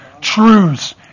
truths